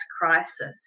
crisis